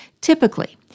Typically